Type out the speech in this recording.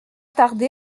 tarder